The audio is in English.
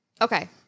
Okay